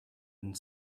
and